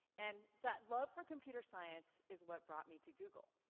and that love for computer science is what brought me to google.